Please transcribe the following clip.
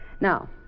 Now